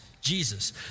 Jesus